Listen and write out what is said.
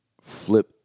flip